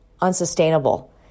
unsustainable